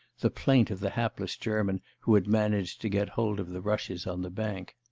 the plaint of the hapless german who had managed to get hold of the rushes on the bank.